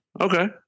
Okay